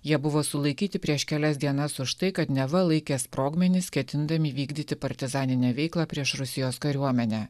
jie buvo sulaikyti prieš kelias dienas už tai kad neva laikė sprogmenis ketindami vykdyti partizaninę veiklą prieš rusijos kariuomenę